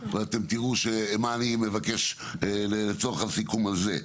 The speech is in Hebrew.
ואתם תראו מה אני מבקש לצורך הסיכום הזה.